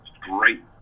great